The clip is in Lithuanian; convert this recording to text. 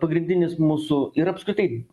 pagrindinis mūsų ir apskritai